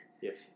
Yes